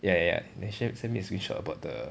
ya ya send me a screenshot about the